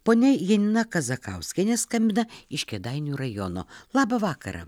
ponia janina kazakauskienė skambina iš kėdainių rajono labą vakarą